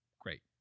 Great